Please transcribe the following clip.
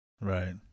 Right